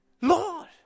Lord